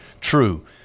true